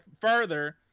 further